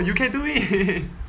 you can do it